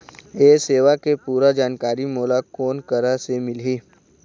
ये सेवा के पूरा जानकारी मोला कोन करा से मिलही?